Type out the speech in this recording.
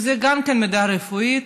גם מידע רפואי,